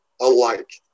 alike